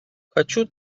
хочу